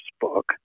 book